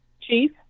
chief